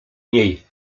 niej